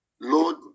Lord